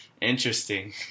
Interesting